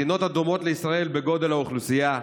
מדינות הדומות לישראל בגודל האוכלוסייה,